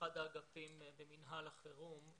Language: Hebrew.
אחד האגפים במינהל החירום.